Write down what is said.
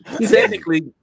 Technically